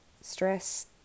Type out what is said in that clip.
Stress